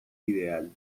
ideal